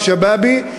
"חִראכּ שבַּאבִּי",